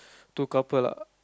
two couple lah